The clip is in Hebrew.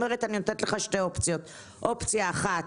אומרת: אני נותנת לך שתי אופציות: אופציה אחת,